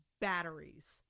batteries